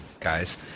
guys